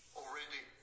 already